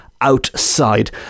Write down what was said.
outside